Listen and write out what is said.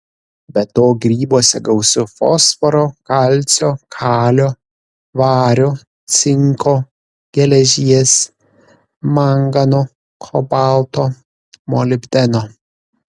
be to grybuose gausu fosforo kalcio kalio vario cinko geležies mangano kobalto molibdeno